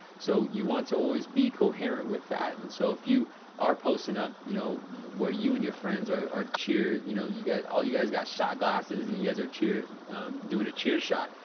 so, you want to always be coherent with that. and so, if you are posting up, you know, where you and your friends are are cheer, you know, you guys all you guys got shot glasses, and you guys are doing a cheer shot,